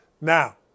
Now